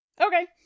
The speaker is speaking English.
Okay